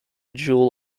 jewel